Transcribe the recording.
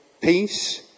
Peace